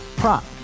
prop